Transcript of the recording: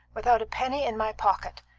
without a penny in my pocket,